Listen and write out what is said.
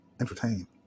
Entertain